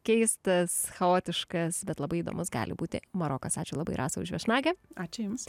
keistas chaotiškas bet labai įdomus gali būti marokas ačiū labai rasai už viešnagę ačiū jums